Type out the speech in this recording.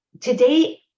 today